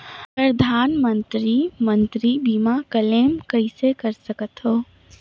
परधानमंतरी मंतरी बीमा क्लेम कइसे कर सकथव?